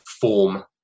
form